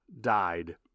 died